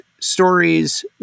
stories